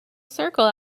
circle